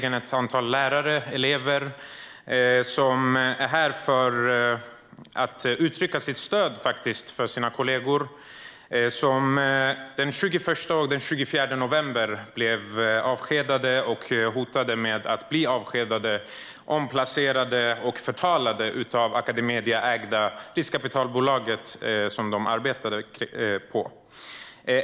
Ett antal lärare och elever är här för att uttrycka sitt stöd för sina kollegor som den 21 och 24 november blev avskedade, hotade med avsked, omplacerade och förtalade av riskkapitalbolaget Academedia, som äger skolan som de arbetade på.